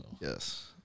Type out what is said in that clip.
Yes